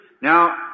now